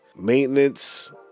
maintenance